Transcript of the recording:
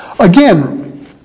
Again